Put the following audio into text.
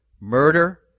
murder